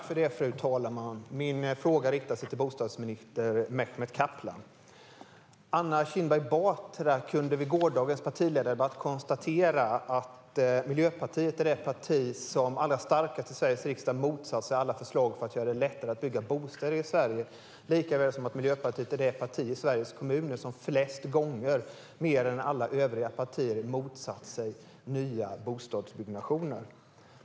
Fru talman! Min fråga riktar sig till bostadsminister Mehmet Kaplan. Anna Kinberg Batra kunde i gårdagens partiledardebatt konstatera att Miljöpartiet är det parti som allra starkast i Sveriges riksdag motsätter sig alla förslag för att göra det lättare att bygga bostäder i Sverige. Likaså är Miljöpartiet det parti i Sveriges kommuner som flest gånger, fler än alla övriga partier, har motsatt sig nya bostadsbyggnationer.